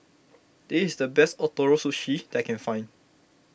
this is the best Ootoro Sushi I can find